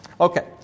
Okay